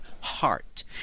heart